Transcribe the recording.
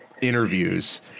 interviews